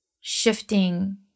shifting